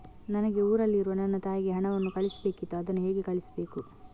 ನನಗೆ ಊರಲ್ಲಿರುವ ನನ್ನ ತಾಯಿಗೆ ಹಣವನ್ನು ಕಳಿಸ್ಬೇಕಿತ್ತು, ಅದನ್ನು ಹೇಗೆ ಕಳಿಸ್ಬೇಕು?